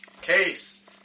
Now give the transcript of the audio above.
case